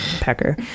Pecker